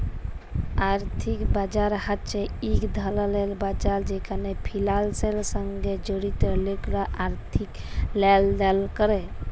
আর্থিক বাজার হছে ইক ধরলের বাজার যেখালে ফিলালসের সঙ্গে জড়িত লকরা আথ্থিক লেলদেল ক্যরে